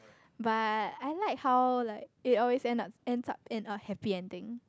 but I like how like it always end up ends up in a happy ending